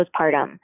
postpartum